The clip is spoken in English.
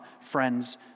friends